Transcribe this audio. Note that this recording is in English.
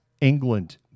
England